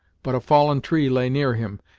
but a fallen tree lay near him,